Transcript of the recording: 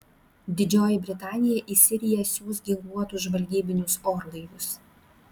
didžioji britanija į siriją siųs ginkluotus žvalgybinius orlaivius